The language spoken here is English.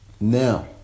Now